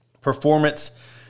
performance